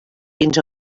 fins